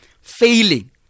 Failing